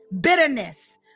Bitterness